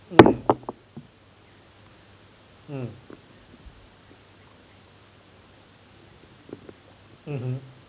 mm mm mmhmm